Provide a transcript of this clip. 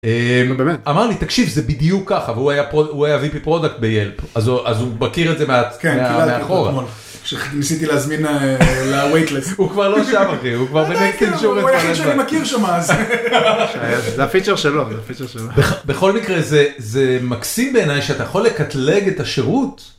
אמר לי תקשיב זה בדיוק ככה והוא היה פה הוא היה ויפי פרודקט ביאלפ אז הוא אז הוא מכיר את זה מאחורה. כשניסיתי להזמין להווייטלס הוא כבר לא שם הוא מכיר שם אז זה הפיצ'ר שלו בכל מקרה זה זה מקסים בעיניי שאתה יכול לקטלג את השירות.